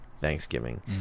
Thanksgiving